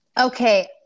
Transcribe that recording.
Okay